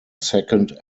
second